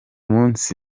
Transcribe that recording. munsi